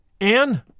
Anne